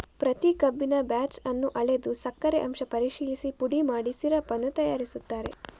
ಪ್ರತಿ ಕಬ್ಬಿನ ಬ್ಯಾಚ್ ಅನ್ನು ಅಳೆದು ಸಕ್ಕರೆ ಅಂಶ ಪರಿಶೀಲಿಸಿ ಪುಡಿ ಮಾಡಿ ಸಿರಪ್ ಅನ್ನು ತಯಾರಿಸುತ್ತಾರೆ